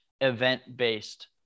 event-based